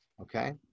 Okay